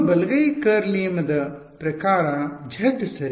ನಿಮ್ಮ ಬಲಗೈ ಕರ್ಲ್ ನಿಯಮದ ಪ್ರಕಾರ z ಸರಿ